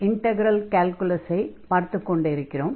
integral கால்குலஸை பார்த்துக் கொண்டிருக்கிறோம்